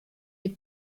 est